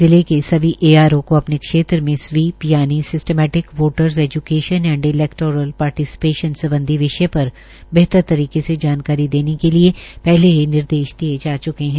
जिले के सभी एआरओ को अपने अपने क्षेत्र में स्वीप यानी systematic voters education and electoral participation सम्बधी विषय पर बेहतर तरीके से जानकारी देने के लिए पहले ही निर्देश दिए जा चूके हैं